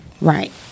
Right